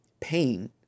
pain